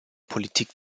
politik